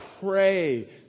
pray